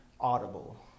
audible